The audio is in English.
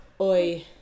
Oi